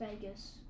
Vegas